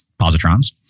positrons